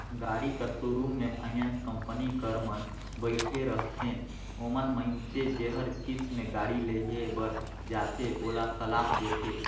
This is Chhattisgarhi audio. गाड़ी कर सोरुम में फाइनेंस कंपनी कर मन बइठे रहथें ओमन मइनसे जेहर किस्त में गाड़ी लेहे बर जाथे ओला सलाह देथे